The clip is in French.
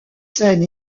scènes